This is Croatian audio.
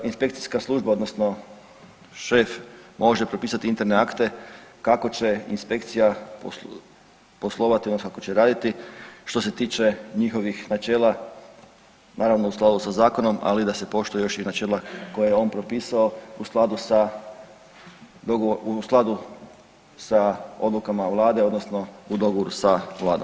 Inspekcijska služba odnosno šef može propisati interne akte kako će inspekcija poslovati odnosno kako će raditi, što se tiče njihovih načela, naravno, u skladu sa zakonom, ali da se poštuje još i načela koja je on propisao u skladu sa .../nerazumljivo/... u skladu sa odlukama Vlade, odnosno u dogovoru sa Vladom.